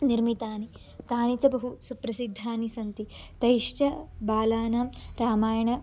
निर्मितानि तानि च बहु सुप्रसिद्धानि सन्ति तैश्च बालानां रामायणं